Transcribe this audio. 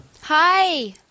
hi